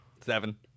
Seven